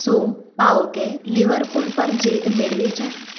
શું PAOK Liverpool પર જીત મેળવી છે